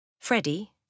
Freddie